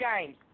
games